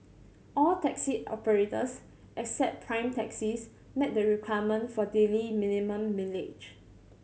all taxi operators except Prime Taxis met the requirement for daily minimum mileage